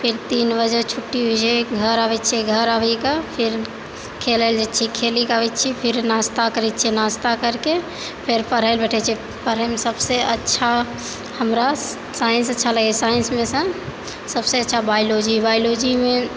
फेर तीन बजे छुट्टी होइ छै घर आबै छियै घर आबिके फेर खेलै लए जाइ छियै फेर खेलीके अबै छियै फेर नास्ता करै छियै नास्ता करके फेर पढ़ैला बैठै छियै पढ़ैमे सबसँ अच्छा हमरा साइंस अच्छा लगै छै साइंसमे सँ सबसँ अच्छा बायोलॉजी बायोलॉजीमे